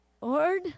Lord